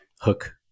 hook